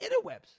interwebs